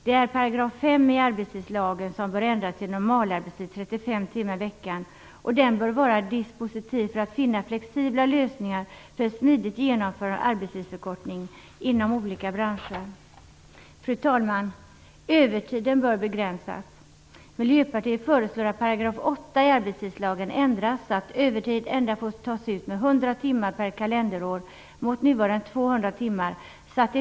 Det är 5 § i arbetstidslagen som bör ändras så att normalarbetstiden uppgår till 35 tim kalenderår mot nuvarande 200 tim/kalenderår.